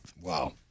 Wow